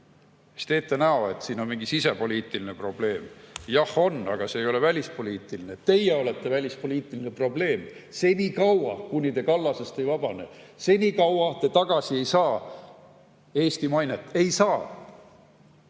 teete näo, et siin on mingi sisepoliitiline probleem. Jah on, aga see ei ole välispoliitiline. Teie olete välispoliitiline probleem. Senikaua, kuni te Kallasest ei vabane, senikaua te Eesti mainet tagasi ei saa.